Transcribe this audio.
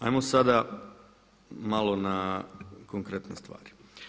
Ajmo sada malo na konkretne stvari.